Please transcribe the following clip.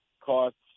costs